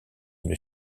une